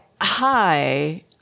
hi